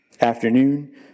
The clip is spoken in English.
afternoon